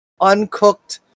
uncooked